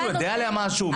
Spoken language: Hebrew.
מישהו יודע עליה משהו?